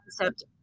concept